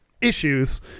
issues